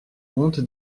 honte